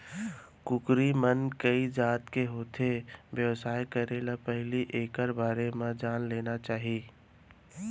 कुकरी मन कइ जात के होथे, बेवसाय करे ले पहिली एकर बारे म जान लेना चाही